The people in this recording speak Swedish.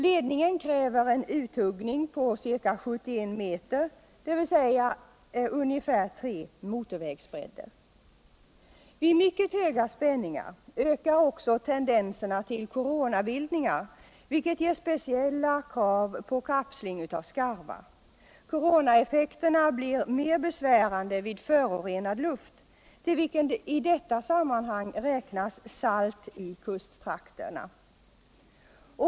Ledningen kräver en uthuggning på ca 71 meter, motsvarande ungefär tre motorvägsbredder. Vid mycket höga spänningar ökar också tendenserna till coronabildningar, vilket medför speciella krav i form av kapsling av skarvar. Coronaeffekterna blir mera besvärande i samband med förorenad luft, till vilken i detta sammanhang skall räknas även den saltbemängda luften i kusttrakterna.